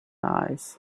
eyes